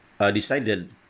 decided